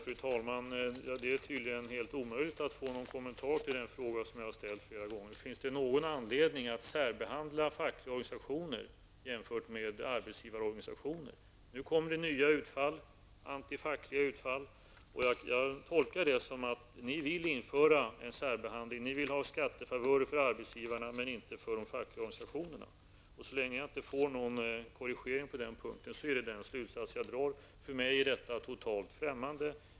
Fru talman! Det är tydligen helt omöjligt att få någon kommentar till den fråga som jag har ställt flera gånger. Finns det någon anledning att särbehandla fackliga organisationer jämfört med arbetsgivarorganisationer? Nu kom det nya antifackliga utfall från Charlotte Cederschiöld. Jag tolkar det som att moderaterna vill införa en särbehandling som innebär att ni vill ha skattefavörer för arbetsgivarna men inte för de fackliga organisationerna. Och så länge jag inte får någon korrigering på den punkten är det den slutsats jag drar. För mig är detta totalt främmande.